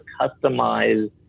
customize